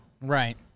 Right